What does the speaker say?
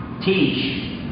teach